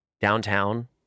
downtown